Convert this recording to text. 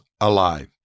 alive